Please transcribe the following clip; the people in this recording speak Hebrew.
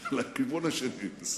לכיוון השני.